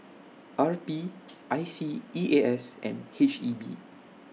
R P I S E A S and H E B